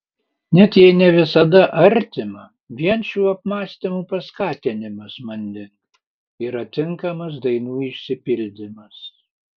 net jei ne visada artima vien šių apmąstymų paskatinimas manding yra tinkamas dainų išsipildymas